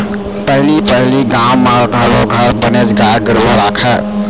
पहली पहिली गाँव म घरो घर बनेच गाय गरूवा राखयँ